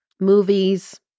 Movies